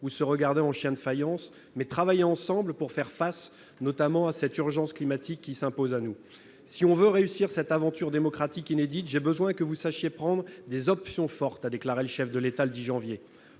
ni se regarder en chiens de faïence, mais travailler ensemble pour faire face, notamment, à l'urgence climatique qui s'impose à nous. « Si l'on veut réussir cette aventure démocratique inédite, j'ai besoin que vous sachiez prendre des options fortes », a aussi déclaré le chef de l'État le 10 janvier.